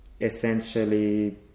essentially